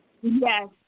Yes